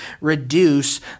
reduce